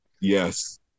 Yes